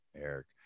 Eric